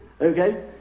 Okay